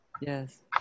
yes